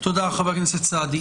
תודה, חבר הכנסת סעדי.